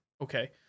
okay